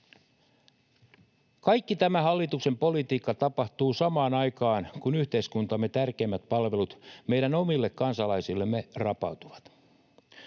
Kaikki tämä hallituksen politiikka tapahtuu samaan aikaan, kun yhteiskuntamme tärkeimmät palvelut meidän omille kansalaisillemme rapautuvat.